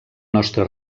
nostra